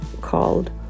called